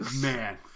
man